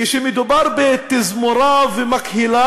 כשמדובר בתזמורת ובמקהלה,